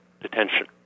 detention